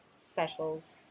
specials